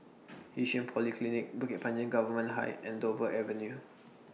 Yishun Polyclinic Bukit Panjang Government High and Dover Avenue